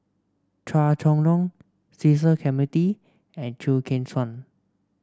Chua Chong Long Cecil Clementi and Chew Kheng Chuan